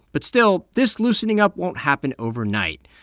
but still, this loosening up won't happen overnight.